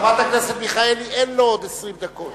חברת הכנסת מיכאלי, אין לו עשר דקות.